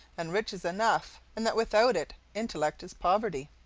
and riches enough, and that without it intellect is poverty.